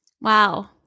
Wow